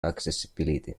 accessibility